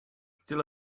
still